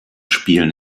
spielen